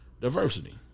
Diversity